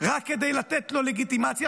רק כדי לתת לו לגיטימציה,